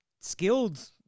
skilled